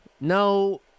No